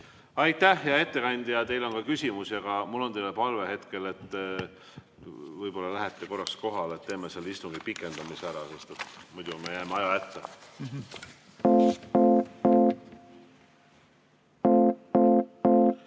Aitäh! Hea ettekandja, teile on ka küsimusi, aga mul on teile palve hetkel, et võib-olla lähete korraks kohale ja teeme selle istungi pikendamise ära, sest muidu me jääme ajahätta.